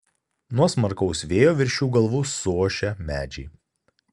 nuo smarkaus vėjo virš jų galvų suošia medžiai